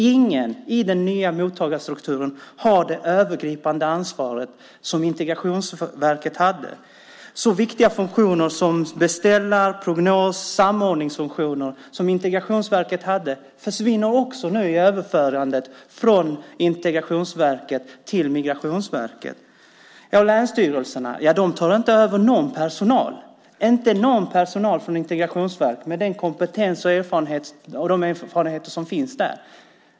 Ingen i den nya mottagarstrukturen har det övergripande ansvar som Integrationsverket hade. Så viktiga funktioner som beställar-, prognos och samordningsfunktioner som Integrationsverket hade försvinner också nu i överförandet från Integrationsverket till Migrationsverket. Länsstyrelserna tar inte över någon personal från Integrationsverket med den kompetens och de erfarenheter som finns där.